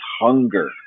hunger